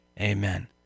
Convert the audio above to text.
Amen